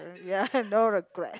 ya no regret